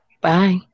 Bye